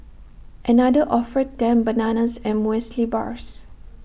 another offered them bananas and Muesli Bars